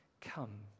Come